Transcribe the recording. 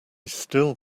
still